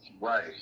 Right